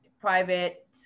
private